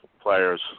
players